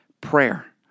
Prayer